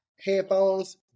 headphones